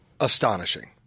astonishing